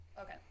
Okay